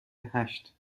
هشت